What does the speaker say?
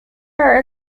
are